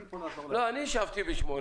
לא, אני השבתי בשמו.